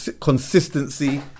Consistency